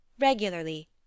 regularly